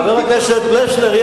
חבר הכנסת פלסנר,